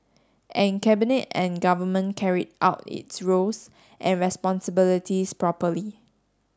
and Cabinet and Government carried out its roles and responsibilities properly